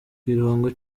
kiringo